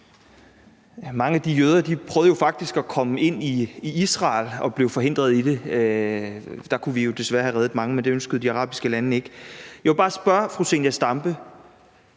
Mange af de jøder prøvede jo faktisk at komme ind i Israel og blev forhindret i det. Der kunne vi jo have reddet mange, men det ønskede de arabiske lande desværre ikke. Jeg vil bare spørge fru Zenia Stampe: